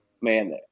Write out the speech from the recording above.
man